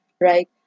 right